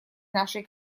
нашей